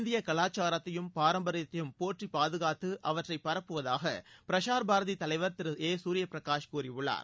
இந்திய கலாச்சாரத்தையும் பாரம்பரியத்தையும் போற்றி பாதுகாத்து அவற்றை பரப்புவதாக பிரசார் பாரதி தலைவர் திரு ஏ சூரிய பிரகாஷ் கூறியுள்ளார்